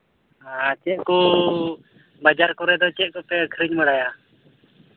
ᱟᱨ ᱪᱮᱫ ᱠᱚ ᱵᱟᱡᱟᱨ ᱠᱚᱨᱮᱫ ᱫᱚ ᱪᱮᱫ ᱠᱚᱯᱮ ᱟᱹᱠᱷᱨᱤᱧ ᱵᱟᱲᱟᱭᱟ